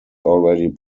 already